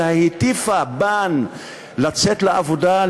אלא הטיפה להן לצאת לעבודה,